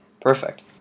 Perfect